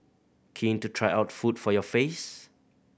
keen to try out food for your face